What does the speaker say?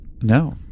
No